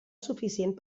suficient